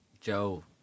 Joe